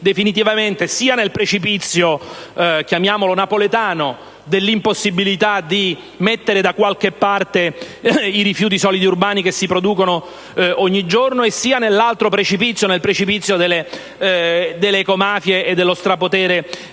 definitivamente sia nel precipizio di tipo napoletano dell'impossibilità di mettere da qualche parte i rifiuti solidi urbani che si producono ogni giorno, sia nell'altro precipizio, ossia in quello delle ecomafie e del loro strapotere.